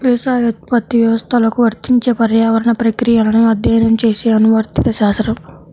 వ్యవసాయోత్పత్తి వ్యవస్థలకు వర్తించే పర్యావరణ ప్రక్రియలను అధ్యయనం చేసే అనువర్తిత శాస్త్రం